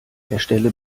erstelle